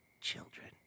Children